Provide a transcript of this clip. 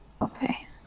Okay